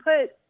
put